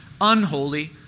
unholy